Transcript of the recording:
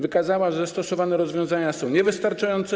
Wykazano, że: stosowane rozwiązania są niewystarczające.